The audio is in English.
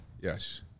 Yes